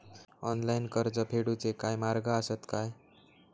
Online कर्ज फेडूचे काय मार्ग आसत काय?